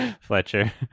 Fletcher